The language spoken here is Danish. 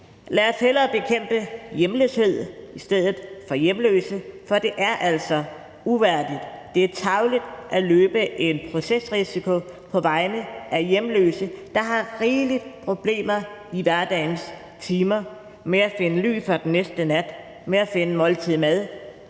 Lad os bekæmpe hjemløshed i stedet for hjemløse, for det er altså uværdigt og tarveligt at løbe en procesrisiko på bekostning af hjemløse, der har rigelige problemer i hverdagen med at finde ly for den næste nat og med at finde et måltid mad,